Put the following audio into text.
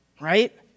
right